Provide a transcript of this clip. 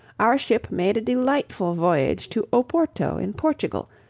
our ship made a delightful voyage to oporto in portugal,